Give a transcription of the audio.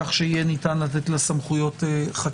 כך שניתן יהיה לתת לה סמכויות חקירה.